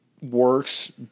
works